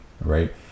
right